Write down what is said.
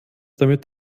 damit